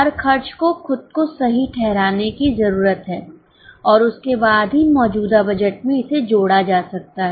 हर खर्च को खुद को सही ठहराने की जरूरत है और उसके बाद ही मौजूदा बजट में इसे जोड़ा जा सकता है